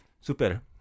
Super